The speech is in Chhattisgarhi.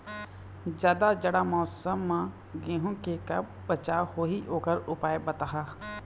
जादा जाड़ा मौसम म गेहूं के का बचाव होही ओकर उपाय बताहा?